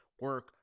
Work